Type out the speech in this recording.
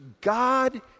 God